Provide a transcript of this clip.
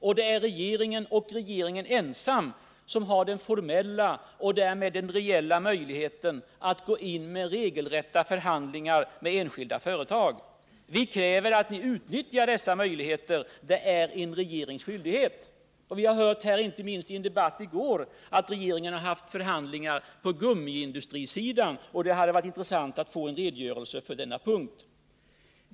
Och det är regeringen och regeringen ensam som har den formella och därmed reella möjligheten att gå in i regelrätta förhandlingar med enskilda företag. Vi kräver att ni utnyttjar dessa möjligheter. Det är en regerings skyldighet. Vi hörde i debatten i går, att regeringen haft förhandlingar på gummiindustrisidan. Det hade varit intressant att få en redogörelse på denna punkt.